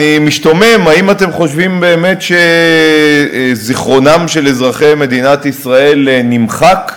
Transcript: אני משתומם: האם אתם חושבים באמת שזיכרונם של אזרחי מדינת ישראל נמחק,